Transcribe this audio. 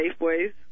Safeways